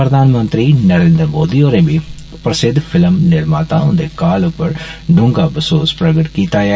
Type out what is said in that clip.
प्रधानमंत्री नरेन्द्र मोदी होरें बी प्रसिद्ध फिल्म निर्यात हुन्दे काल पर ढूंगा बसोस प्रगट कीता ऐ